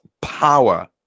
power